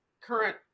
current